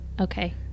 Okay